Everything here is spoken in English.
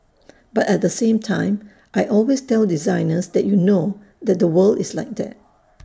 but at the same time I always tell designers that you know that the world is like that